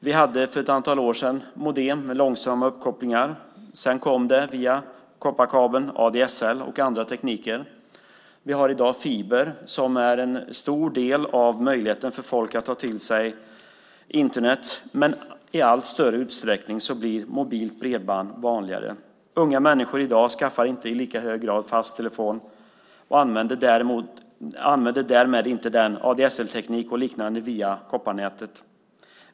Vi hade för ett antal år sedan modem med långsamma uppkopplingar. Sedan kom det via kopparkabeln ADSL och andra tekniker. Vi har i dag fiber som är en stor del av möjligheten för folk att ta till sig Internet, men i allt större utsträckning blir mobilt bredband vanligare. Unga människor i dag skaffar inte i lika hög grad fast telefon och använder därmed inte ADSL-teknik och liknande via kopparnätet.